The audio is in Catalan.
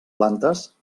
plantes